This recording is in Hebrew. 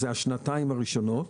זה השנתיים הראשונות.